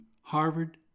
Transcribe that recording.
Harvard